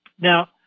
Now